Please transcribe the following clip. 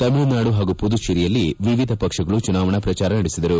ತಮಿಳುನಾಡು ಪಾಗೂ ಮದುಚೇರಿಯಲ್ಲಿ ವಿವಿಧ ಪಕ್ಷಗಳು ಚುನಾವಣಾ ಪ್ರಚಾರ ನಡೆಸಿದರು